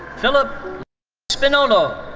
philip spinolo.